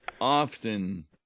often